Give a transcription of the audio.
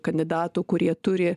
kandidatų kurie turi